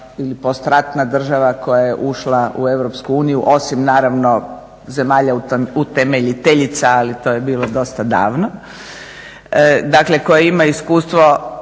ili postratna država koja je ušla u EU osim naravno zemalja utemeljiteljica ali to je bilo dosta davno, dakle koje ima iskustvo